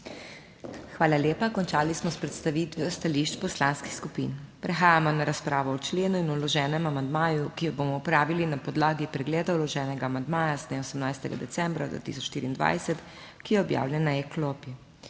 Hvala lepa. Končali smo s predstavitvijo stališč poslanskih skupin. Prehajamo na razpravo o členu in vloženem amandmaju, ki jo bomo opravili na podlagi pregleda vloženega amandmaja z dne 18. decembra 2024, ki je objavljen na e-klopi.